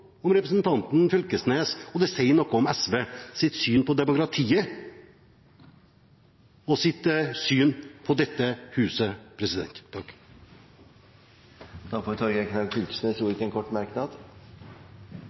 om representanten Knag Fylkesnes, og det sier noe om SVs syn på demokratiet og på dette huset. Representanten Torgeir Knag Fylkesnes